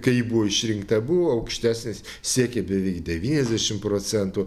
kai buvo išrinkta buvo aukštesnis siekė beveik devyniasdešimt procentų